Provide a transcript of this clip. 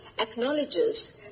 acknowledges